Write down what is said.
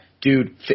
dude